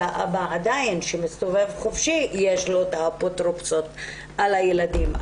והאבא שעדיין מסתובב חופשי יש לו את האפוטרופסות על הילדים.